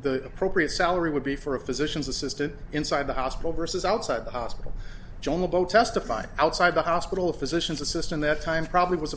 the appropriate salary would be for a physician's assistant inside the hospital versus outside the hospital john about testifying outside the hospital a physician's assistant that time probably was